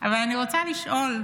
אבל אני רוצה לשאול,